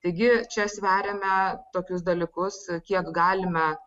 taigi čia sveriame tokius dalykus kiek galime